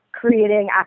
creating